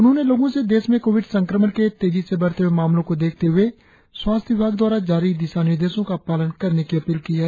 उन्होंने लोगों से देश में कोविड संक्रमण के तेजी से बढ़ते हए मामलों को देखते हए स्वास्थ्य विभाग द्वारा जारी दिशानिर्देशों का पालन करने की अपील की है